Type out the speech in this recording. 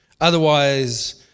otherwise